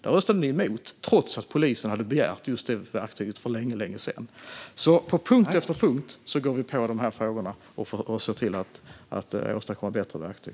Ni röstade emot det trots att polisen hade begärt just det verktyget för länge sedan. På punkt efter punkt går vi på de här frågorna och ser till att åstadkomma bättre verktyg.